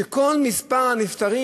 שכל מספר הנפטרים,